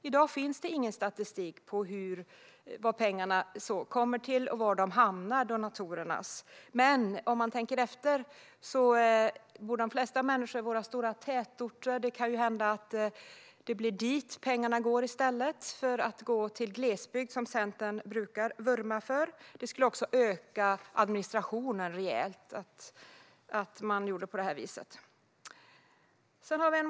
I dag finns ingen statistik på hur donatorernas pengar fördelas rent geografiskt, men de flesta människor bor ju i våra stora tätorter. Det kan ju hända att det blir dit pengarna går i stället för till glesbygd, som Centern brukar vurma för. Det skulle öka administrationen rejält att göra på det sätt som Centern föreslår.